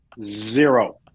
zero